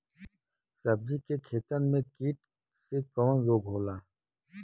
सब्जी के खेतन में कीट से कवन रोग होला?